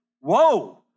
Whoa